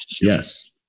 Yes